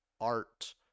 art